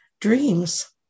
dreams